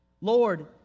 Lord